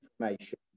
information